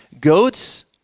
goats